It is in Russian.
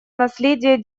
наследия